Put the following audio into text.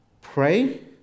pray